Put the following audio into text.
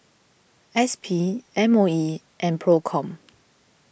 S P M O E and Procom